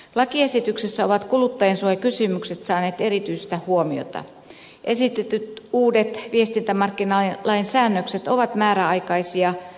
lakiesityksessä ovat kuluttajansuojakysymykset saaneet erityistä huomiota esitetyt uudet viestintämarkkinalain säännökset ovat määräaikaisia